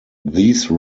these